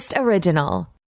original